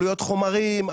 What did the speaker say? עלויות חומרים,